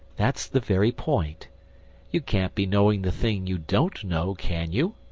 that's the very point you can't be knowing the thing you don't know, can you?